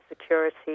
security